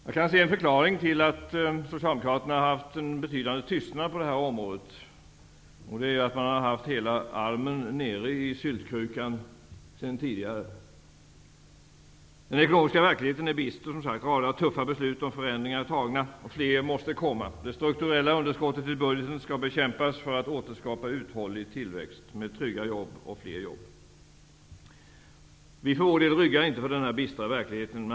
Jag kan se en förklaring till att Socialdemokraterna har intagit en betydande tystnad på detta område, nämligen att de själva sedan tidigare har haft hela armen i syltkrukan. Den ekonomiska verkligheten är bister. Rader av tuffa beslut om förändringar har fattats, och fler måste ske. Det strukturella underskottet i budgeten skall bekämpas för att återskapa uthållig tillväxt med trygga jobb och med fler jobb. Vi för vår del ryggar inte för denna bistra verklighet.